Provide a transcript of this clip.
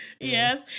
Yes